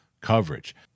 coverage